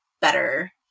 better